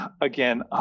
again